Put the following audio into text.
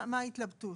מה ההתלבטות.